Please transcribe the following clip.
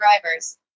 drivers